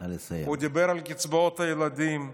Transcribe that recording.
הוא דיבר על קצבאות הילדים,